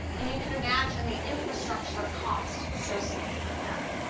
and you can imagine the infrastructure cost associated with that.